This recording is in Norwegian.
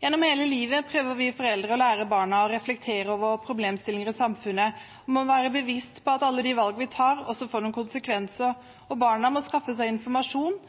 Gjennom hele livet prøver vi foreldre å lære barna å reflektere over problemstillinger i samfunnet, være bevisst på at alle de valg man tar, også får noen konsekvenser. Barna må skaffe seg informasjon